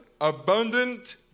abundant